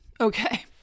Okay